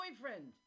boyfriend